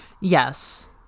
Yes